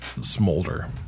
smolder